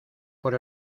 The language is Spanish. por